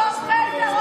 תומכי טרור.